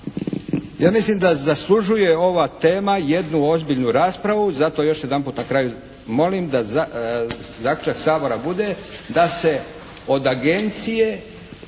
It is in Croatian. Ja mislim da zaslužuje ova tema jednu ozbiljnu raspravu zato još jedanput na kraju molim da zaključak Sabora bude da se od agencije,